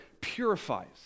purifies